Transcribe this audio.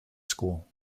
school